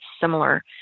similar